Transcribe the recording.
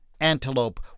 antelope